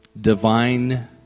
divine